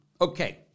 Okay